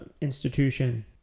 institution